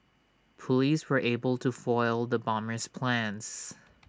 Police were able to foil the bomber's plans